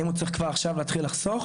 האם הוא צריך כבר עכשיו להתחיל לחסוך?